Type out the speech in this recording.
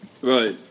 Right